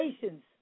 patience